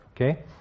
okay